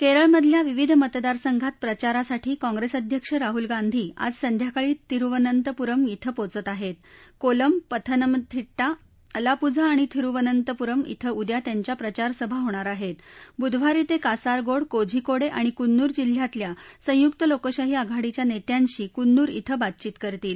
क्रळिमधल्या विविध मतदारसंघात प्रचारासाठी काँग्रस्ती अध्यक्ष राह्ल गांधी आज संध्याकाळी तिरुवनंतपुरम् ॐ पोहोचत आहेत कोलम पथनमथिट्टा अलापुझा आणि थिरुवनंतपुरम् अँडिद्या त्यांच्या प्रचारसभा होणार आहत बुधवारी त क्रासारगोड कोझीकोड आणि कुन्नुर जिल्ह्यातल्या संयुक्त लोकशाही आघाडीच्या नस्यिंशी कुन्नुर कें बातचीत करतील